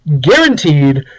guaranteed